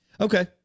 Okay